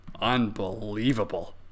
unbelievable